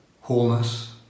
wholeness